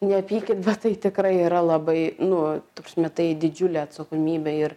nepykit bet tai tikrai yra labai nu ta prasme tai didžiulė atsakomybė ir